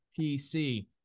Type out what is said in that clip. PC